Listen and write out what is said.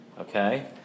Okay